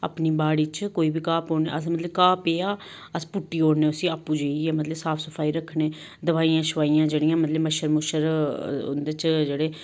अपनी बाड़ी च कोई बी घाह् नेईं पौन दिंदे अस मतलब घाह् पेआ अस पुट्टी ओड़ने उसी आपूं जेइयै मतलब साफ सफाई रक्खने दवाइयां शवाइयां जेह्ड़ियां मतलब मच्छर मुच्छर उं'दे च जेह्ड़े